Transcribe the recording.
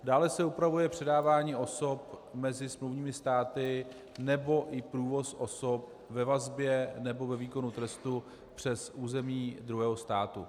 Dále se upravuje předávání osob mezi smluvními státy nebo i průvoz osob ve vazbě nebo ve výkonu trestu přes území druhého státu.